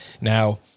now